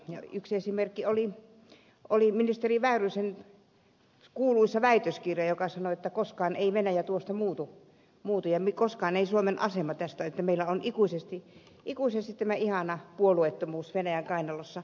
yksi esimerkki oli ministeri väyrysen kuuluisa väitöskirja joka sanoi että koskaan ei venäjä tuosta muutu ja koskaan ei suomen asema ja meillä on ikuisesti tämä ihana puolueettomuus venäjän kainalossa